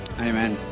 Amen